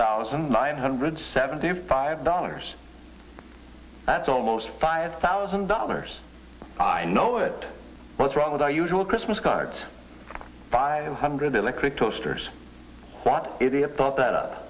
thousand nine hundred seventy five dollars that's almost five thousand dollars i know that what's wrong with our usual christmas card five hundred electric toasters what idiot thought that